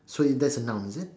so uh that's a noun is it